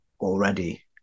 already